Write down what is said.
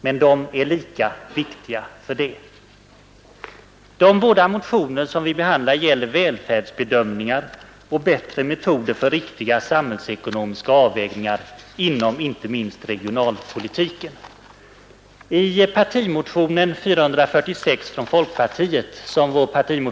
Men de är lika viktiga för det. De båda motioner som vi behandlar gäller välfärdsbedömningar och bättre metoder för riktiga samhällsekonomiska avvägningar inom inte minst regionalpolitiken.